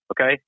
Okay